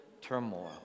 turmoil